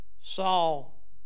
Saul